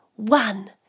One